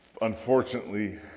unfortunately